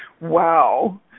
Wow